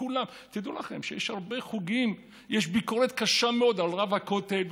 תדעו לכם שיש ביקורת קשה מאוד על רב הכותל ועל